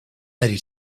ready